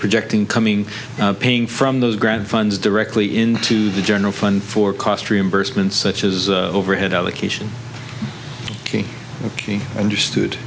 projecting coming paying from those grant funds directly into the general fund for cost reimbursements such as overhead allocation ok understood